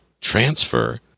transfer